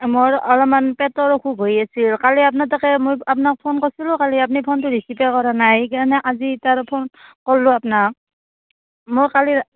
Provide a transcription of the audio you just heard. মোৰ অলপমান পেটৰ অসুখ হৈ আছিল কালি আপোনাৰ তাতো মই আপোনাক ফোন কৰিছিলোঁ কালি আপুনি ফোনটো ৰিচিভে কৰা নাই সেইকাৰণে আজি এতিয়া আৰু ফোন কৰিলোঁ আপোনাক মই কালি